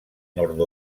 nord